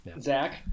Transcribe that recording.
zach